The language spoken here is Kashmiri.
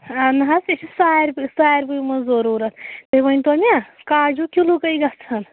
آ نہ حظ تہِ چھِ سارِوٕے سارِوٕے منٛز ضروٗرَت تُہۍ ؤنۍتَو مےٚ کاجوٗ کِلوٗ کٔہۍ گژھان